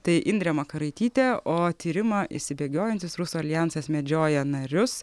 tai indrė makaraitytė o tyrimą išsibėgiojantis rusų aljansas medžioja narius